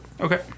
Okay